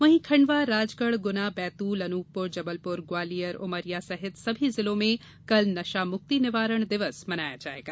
वहीं खंडवा राजगढ़ ग्ना बैतूल अनूपपुर जबलपुर ग्वालियर उमरिया सहित सभी जिलों में कल नशामुक्ति निवारण दिवस मनाया जाएगा